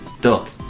Duck